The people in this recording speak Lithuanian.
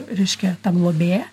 reiškia ta globėja